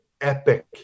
epic